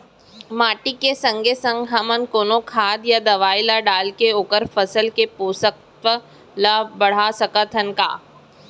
माटी के संगे संग हमन कोनो खाद या दवई ल डालके ओखर फसल के पोषकतत्त्व ल बढ़ा सकथन का?